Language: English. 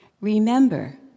Remember